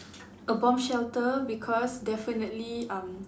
a bomb shelter because definitely um